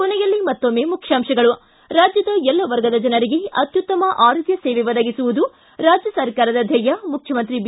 ಕೊನೆಯಲ್ಲಿ ಮತ್ತೊಮ್ಮೆ ಮುಖ್ಯಾಂಶಗಳು ಿ ರಾಜ್ಯದ ಎಲ್ಲ ವರ್ಗದ ಜನರಿಗೆ ಅತ್ಯುತ್ತಮ ಆರೋಗ್ಯ ಸೇವೆ ಒದಗಿಸುವುದು ರಾಜ್ಯ ಸರ್ಕಾರದ ಧ್ಯೇಯ ಮುಖ್ಯಮಂತ್ರಿ ಬಿ